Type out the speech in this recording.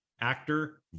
actor